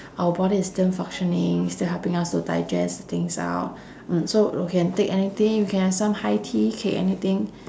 our body is still functioning still helping us to digest the things out mm so you can take anything you can some high tea cake anything